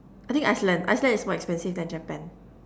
I think Iceland Iceland is more expensive than Japan